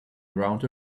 around